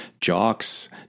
jocks